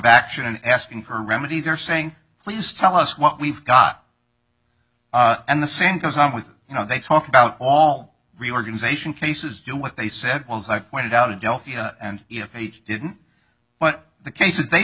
action and asking her remedy they're saying please tell us what we've got and the same goes on with you know they talk about all reorganization cases do what they said well as i pointed out adelphia and if they didn't what the cases they